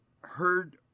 heard